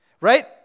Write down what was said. right